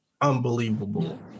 unbelievable